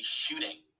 shooting